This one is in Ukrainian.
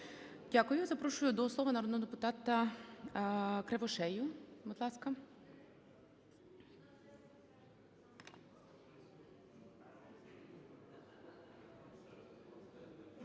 Дякую. Запрошу до слова народного депутата Кривошею. Будь ласка.